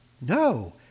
no